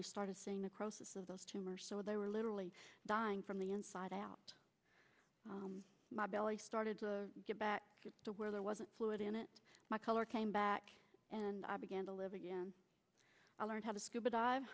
we started seeing the process of those tumors so they were literally dying from the inside out my belly started to get back to where there wasn't fluid in it my color came back and i began to live again i learned how to scuba dive